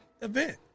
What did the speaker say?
event